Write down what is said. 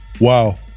Wow